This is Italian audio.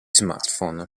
smartphone